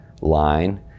line